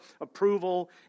approval